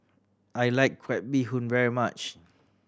I like crab bee hoon very much